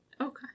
okay